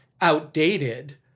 outdated